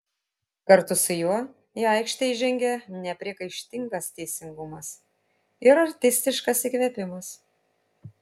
kartu su juo į aikštę įžengė nepriekaištingas teisingumas ir artistiškas įkvėpimas